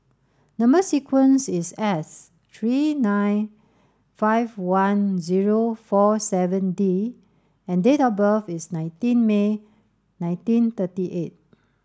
number sequence is S three eight five one zero four seven D and date of birth is nineteen May nineteen thirty eight